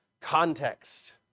Context